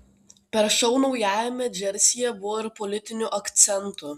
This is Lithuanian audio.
per šou naujajame džersyje buvo ir politinių akcentų